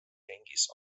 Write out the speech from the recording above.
ringis